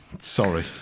Sorry